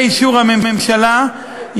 באישור הממשלה,